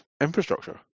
infrastructure